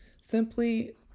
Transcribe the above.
simply